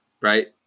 right